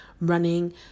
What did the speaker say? running